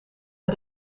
een